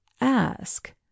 ask